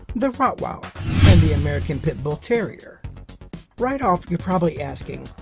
the rottweiler and the american pit bull terrier right off, you're probably asking,